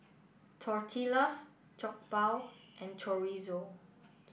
Tortillas Jokbal and Chorizo